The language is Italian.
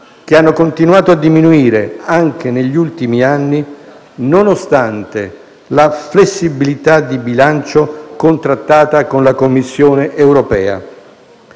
che hanno continuato a diminuire anche negli ultimi anni nonostante la flessibilità di bilancio contrattata con la Commissione europea.